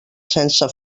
sense